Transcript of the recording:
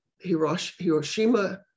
Hiroshima